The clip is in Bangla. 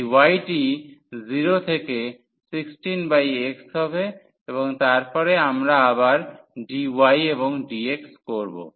এই y টি 0 থেকে 16x হবে এবং তারপরে আমরা আবার dy এবং dx করব